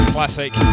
Classic